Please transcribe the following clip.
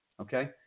Okay